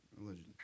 Allegedly